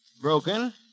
Broken